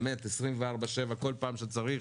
באמת, 24/7, כל פעם שצריך